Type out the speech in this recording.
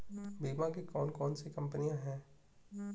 बीमा की कौन कौन सी कंपनियाँ हैं?